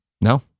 No